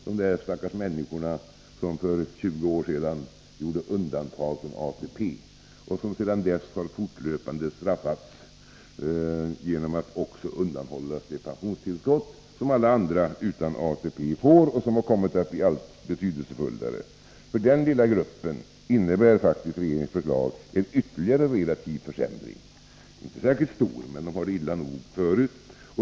Det gäller de stackars människor vilka för 20 år sedan begärde undantag från ATP och vilka sedan dess fortlöpande straffats genom att också undanhållas det pensionstillskott som alla andra utan ATP får och som därför kommit att bli alltmer betydelsefullt. För den lilla gruppen innebär regeringens förslag en ytterligare relativ försämring, inte särskilt stor, men dessa människor har det illa nog förut.